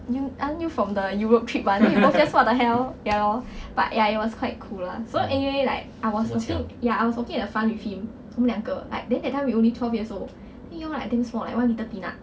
you ain't you from the europe trip [one] then we both just what the hell ya lor but ya it was quite cool lah so anyway like I was walking ya I was walking at the front with him 我们两个 like then that time we only twelve years old then we like damn small like one metre peanut